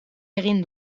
egin